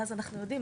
ואז אנחנו יודעים,